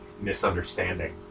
misunderstanding